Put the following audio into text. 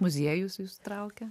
muziejus jus traukia